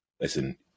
listen